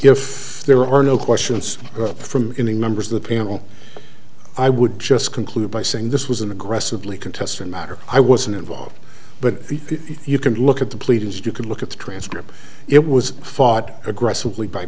if there are no questions from any members of the panel i would just conclude by saying this was an aggressively contests a matter i wasn't involved but you can look at the pleadings you can look at the transcript it was fought aggressively by